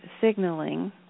signaling